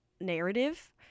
narrative